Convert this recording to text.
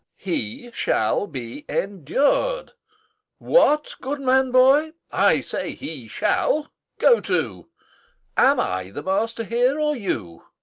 he shall be endur'd what, goodman boy i say he shall go to am i the master here, or you?